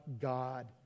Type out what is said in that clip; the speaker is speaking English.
God